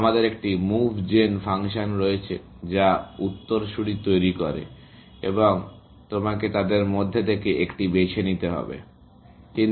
আমাদের একটি move gen function রয়েছে যা উত্তরসূরি তৈরি করে এবং তোমাকে তাদের মধ্যে থেকে একটি বেছে নিতে হবে ইত্যাদি